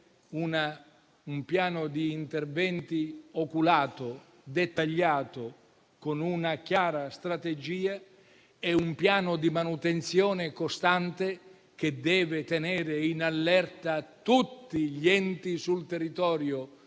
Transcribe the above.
un piano di interventi oculato, dettagliato, con una chiara strategia e un piano di manutenzione costante, che deve tenere in allerta tutti gli enti sul territorio,